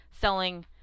selling